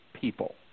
people